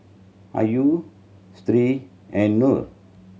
Ayu Sri and Nor